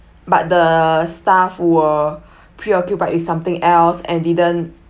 but the staff were preoccupied with something else and didn't